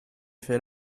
fais